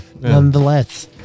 nonetheless